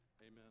amen